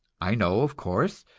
i know, of course,